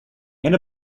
and